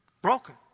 Broken